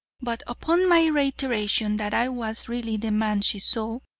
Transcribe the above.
but upon my reiteration that i was really the man she saw,